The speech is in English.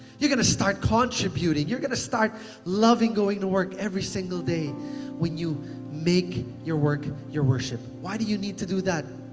you're gonna start contributing. you're gonna start loving going to work every single day when you make your work your worship. why do you need to do that?